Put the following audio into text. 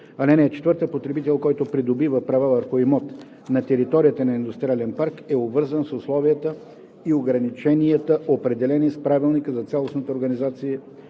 ал. 1. (4) Потребител, който придобива права върху имот на територията на индустриален парк, е обвързан с условията и ограниченията, определени с правилника за цялостната организация